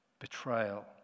betrayal